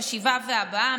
חשיבה והבעה,